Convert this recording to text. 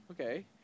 Okay